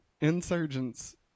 Insurgents